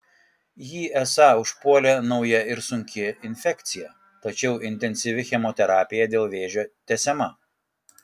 jį esą užpuolė nauja ir sunki infekcija tačiau intensyvi chemoterapija dėl vėžio tęsiama